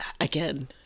Again